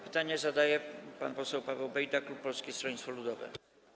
Pytanie zadaje pan poseł Paweł Bejda, klub Polskiego Stronnictwa Ludowego.